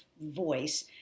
voice